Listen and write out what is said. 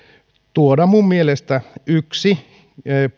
minun mielestäni yksi